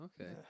okay